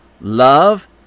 Love